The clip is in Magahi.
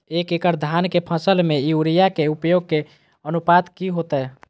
एक एकड़ धान के फसल में यूरिया के उपयोग के अनुपात की होतय?